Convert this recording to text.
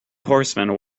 horsemen